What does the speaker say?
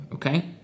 Okay